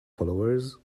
followers